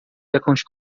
jakąś